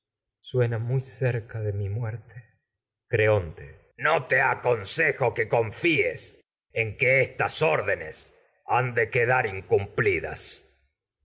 esa muy cerca de creonte órdenes han no te aconsejo que confíes en que estas de quedar incumplidas